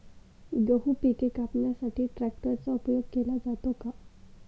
गहू पिके कापण्यासाठी ट्रॅक्टरचा उपयोग केला जातो का?